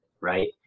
right